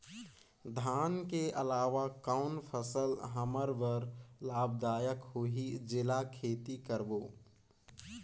धान के अलावा कौन फसल हमर बर लाभदायक होही जेला खेती करबो?